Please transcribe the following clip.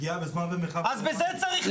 אז בזה צריך לטפל.